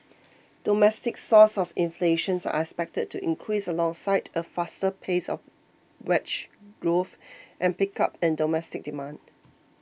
domestic sources of inflation are expected to increase alongside a faster pace